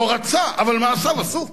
לא רצה, אבל הדבר נעשה בפועל.